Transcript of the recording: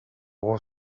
oraux